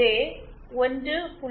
5 J1